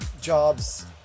jobs